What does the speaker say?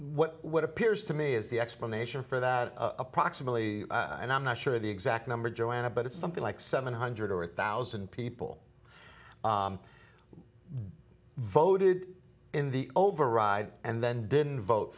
the what appears to me is the explanation for that approximately and i'm not sure the exact number joanna but it's something like seven hundred or eight thousand people voted in the override and then didn't vote